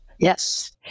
Yes